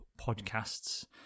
podcasts